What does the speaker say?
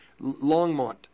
Longmont